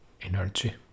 energy